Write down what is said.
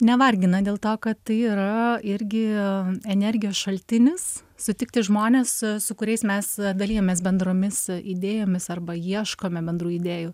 nevargina dėl to kad tai yra irgi energijos šaltinis sutikti žmones su kuriais mes dalijamės bendromis idėjomis arba ieškome bendrų idėjų